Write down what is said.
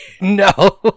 No